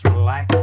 like